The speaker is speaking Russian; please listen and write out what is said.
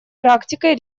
практикой